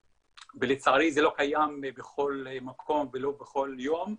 לצערי זה לא קיים בכל מקום ולא בכל יום.